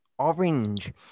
orange